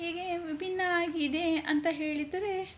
ಹೀಗೆ ವಿಭಿನ್ನ ಆಗಿದೆ ಅಂತ ಹೇಳಿದರೆ